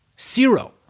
Zero